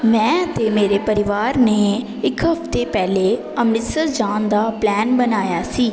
ਮੈਂ ਅਤੇ ਮੇਰੇ ਪਰਿਵਾਰ ਨੇ ਇੱਕ ਹਫਤੇ ਪਹਿਲਾਂ ਅੰਮ੍ਰਿਤਸਰ ਜਾਣ ਦਾ ਪਲੈਨ ਬਣਾਇਆ ਸੀ